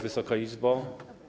Wysoka Izbo!